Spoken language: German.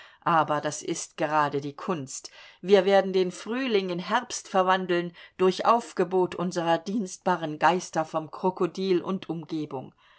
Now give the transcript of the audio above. aber das ist gerade die kunst wir werden den frühling in herbst verwandeln durch aufgebot unserer dienstbaren geister vom krokodil und umgebung